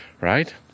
right